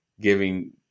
Giving